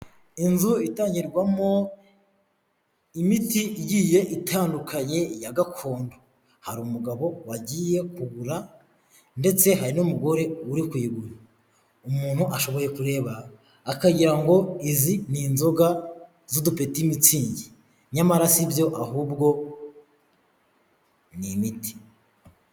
Inzu itangirwamo imiti igiye itandukanye, ya gakondo. Hari umugabo wagiye kugura, ndetse hari n'umugore uri kuyigura. Umuntu ashoboye kureba, akagira ngo izi ni inzoga z'udupeti mitsingi. Nyamara si zo, ahubwo ni imiti.